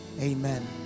amen